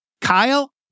Kyle